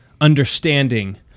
understanding